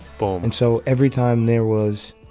boom and so every time there was,